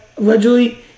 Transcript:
allegedly